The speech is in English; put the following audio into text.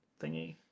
thingy